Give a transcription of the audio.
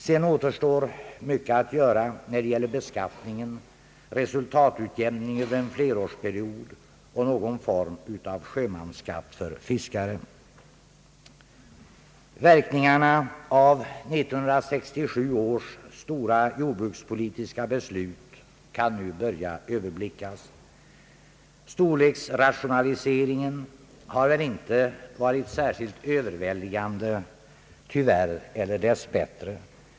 Sedan återstår mycket att göra när det gäller beskattningen — resultatutjämning över en flerårsperiod och någon form av sjömansskatt för fiskare. Verkningarna av 1967 års stora jordbrukspolitiska beslut kan nu börja överblickas. Storleksrationaliseringen har väl inte varit särskilt överväldigande — tyvärr, eller dessbättre!